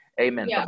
Amen